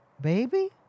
Baby